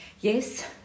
Yes